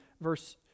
verse